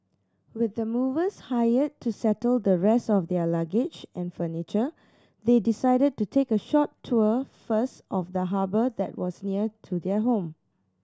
with the movers hired to settle the rest of their luggage and furniture they decided to take a short tour first of the harbour that was near to their home